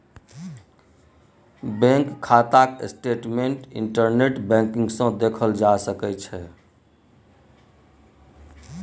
bank खाताक statement internet banking सँ देखल जा सकै छै